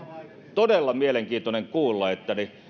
todella mielenkiintoista kuulla